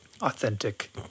authentic